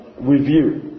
review